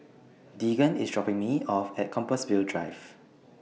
Deegan IS dropping Me off At Compassvale Drive